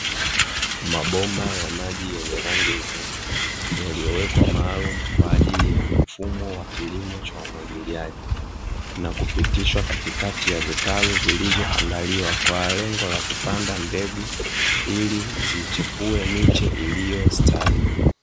Mabomba ya maji yenye rangi nyeupe yaliyowekwa maalum kwa ajili ya mfumo wa kilimo cha umwagiliaji, na kupitishwa katikati ya vitalu vilivyoandaliwa kwa lengo la kupanda mbegu ili zichipue miche iliyo stawi.